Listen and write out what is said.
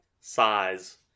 size